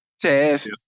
test